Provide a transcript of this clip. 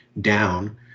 down